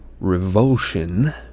Revulsion